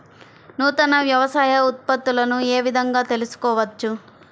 నూతన వ్యవసాయ ఉత్పత్తులను ఏ విధంగా తెలుసుకోవచ్చు?